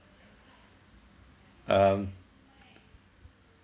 um